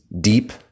deep